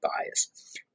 bias